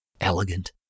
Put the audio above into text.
elegant